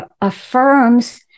affirms